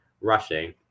rushing